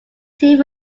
team